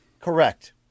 Correct